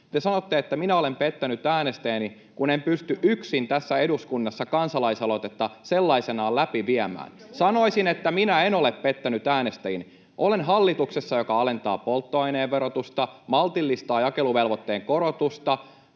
Te sanoitte, että minä olen pettänyt äänestäjäni, kun en pysty yksin tässä eduskunnassa kansalaisaloitetta sellaisenaan läpi viemään. Sanoisin, että minä en ole pettänyt äänestäjiäni, vaan olen hallituksessa, joka alentaa polttoaineen verotusta, maltillistaa jakeluvelvoitteen korotusta,